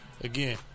Again